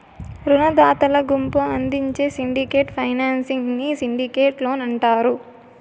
రునదాతల గుంపు అందించే సిండికేట్ ఫైనాన్సింగ్ ని సిండికేట్ లోన్ అంటారు